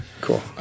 Cool